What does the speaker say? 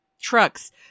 trucks